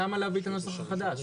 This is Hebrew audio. למה להביא את הנוסח החדש?